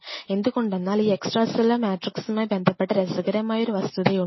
എന്തുകൊണ്ടെന്നാൽ ഈ extra cellular മാട്രിക്സ്മായി ബന്ധപ്പെട്ട രസകരമായ ഒരു വസ്തുതയുണ്ട്